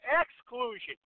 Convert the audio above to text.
exclusion